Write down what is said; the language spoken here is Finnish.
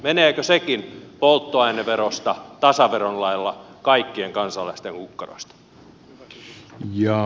meneekö sekin polttoaineverosta tasaveron lailla kaikkien kansalaisten kukkarosta